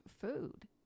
food